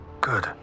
Good